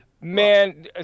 Man